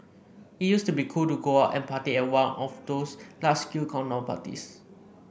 it used to be cool to go out and party at one of those large scale countdown parties